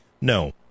No